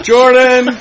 Jordan